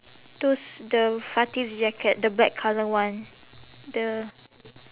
those the fati's jacket the black colour one the